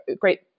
great